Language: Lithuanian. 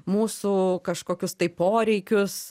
mūsų kažkokius tai poreikius